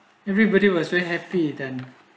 everybody was very happy then